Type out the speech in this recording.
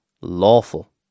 lawful